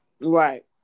right